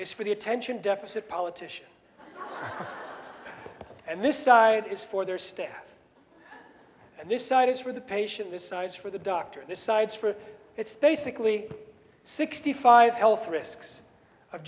is for the attention deficit politician and this side is for their staff and this site is for the patient this size for the doctor decides for it's basically sixty five health risks of